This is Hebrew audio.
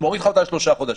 מוריד לך אותה לשלושה חודשים.